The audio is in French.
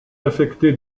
affecté